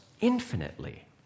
infinitely